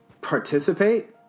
participate